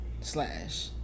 Slash